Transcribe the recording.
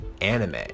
anime